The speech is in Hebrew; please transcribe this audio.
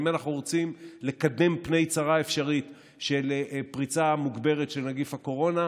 אם אנחנו רוצים לקדם פני צרה אפשרית של פריצה מוגברת של נגיף הקורונה,